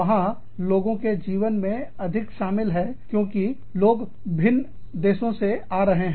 वहां लोगों के जीवन में अधिक शामिल हैं क्योंकि लोग भिन्न देशों से आ रहे हैं